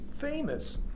famous